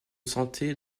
santé